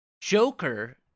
joker